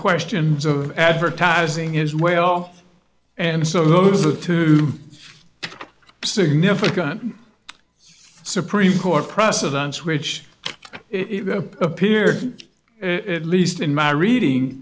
questions of advertising is way off and so those are two significant supreme court precedents which appear at least in my reading